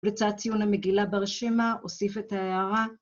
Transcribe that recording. לצד ציון המגילה ברשימה, אוסיף את ההערה